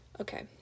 Okay